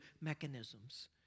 mechanisms